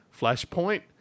Flashpoint